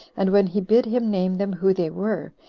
and when he bid him name them who they were,